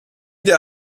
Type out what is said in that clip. der